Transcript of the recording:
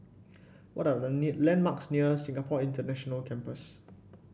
what are the near landmarks near Singapore International Campus